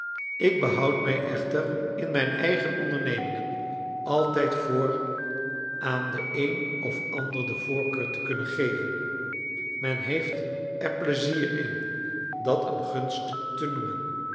ik behoud mij echter in mijn eigen ondernemingen altijd voor aan den een of ander de voorkeur te kunnen geven men heeft er plezier in dat een gunst te noemen